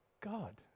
God